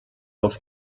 auf